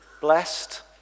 Blessed